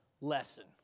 lesson